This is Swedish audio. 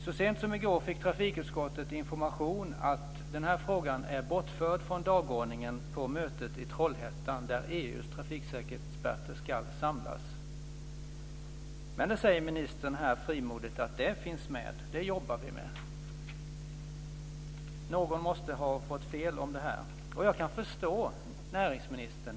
Så sent som i går fick trafikutskottet information om att den här frågan är bortförd från dagordningen på mötet i Trollhättan där EU:s trafiksäkerhetsexperter ska samlas. Men nu säger ministern här frimodigt att den finns med och att man jobbar med den. Någon måste ha fått fel uppgift om det här. Jag kan förstå näringsministern.